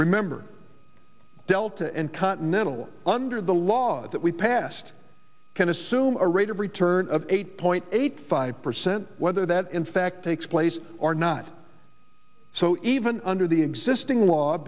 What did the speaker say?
remember delta and continental under the law that we passed can assume a rate of return of eight point eight five percent whether that in fact takes place or not so even under the existing law